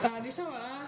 uh this one what ah